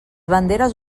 banderes